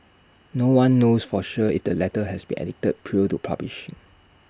no one knows for sure if the letter has been edited prior to publish